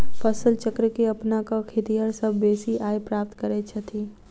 फसल चक्र के अपना क खेतिहर सभ बेसी आय प्राप्त करैत छथि